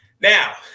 Now